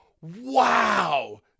wow